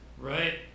right